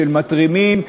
של מתרימים,